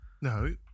No